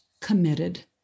committed